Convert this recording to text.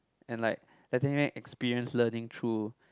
and like letting them experience learning through